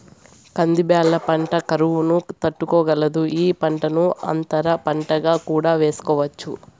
కంది బ్యాళ్ళ పంట కరువును తట్టుకోగలదు, ఈ పంటను అంతర పంటగా కూడా వేసుకోవచ్చు